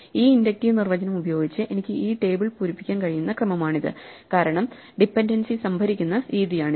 ഈ ഇൻഡക്റ്റീവ് നിർവചനം ഉപയോഗിച്ച് എനിക്ക് ഈ ടേബിൾ പൂരിപ്പിക്കാൻ കഴിയുന്ന ക്രമമാണിത് കാരണം ഡിപെൻഡെൻസി സംഭരിക്കുന്ന രീതിയാണിത്